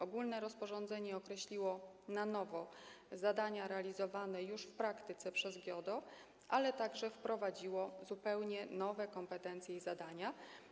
Ogólne rozporządzenie określiło na nowo zadania realizowane już w praktyce przez GIODO, ale także wprowadziło zupełnie nowe kompetencje i zadania.